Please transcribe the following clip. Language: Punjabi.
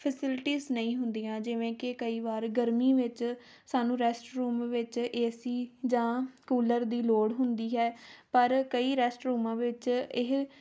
ਫੈਸਿਲਿਟੀਜ਼ ਨਹੀਂ ਹੁੰਦੀਆਂ ਜਿਵੇਂ ਕਿ ਕਈ ਵਾਰ ਗਰਮੀ ਵਿੱਚ ਸਾਨੂੰ ਰੈਸਟ ਰੂਮ ਵਿੱਚ ਏ ਸੀ ਜਾਂ ਕੂਲਰ ਦੀ ਲੋੜ ਹੁੰਦੀ ਹੈ ਪਰ ਕਈ ਰੈਸਟ ਰੂਮਾਂ ਵਿੱਚ ਇਹ